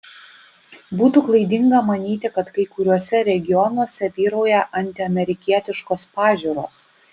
būtų klaidinga manyti kad kai kuriuose regionuose vyrauja antiamerikietiškos pažiūros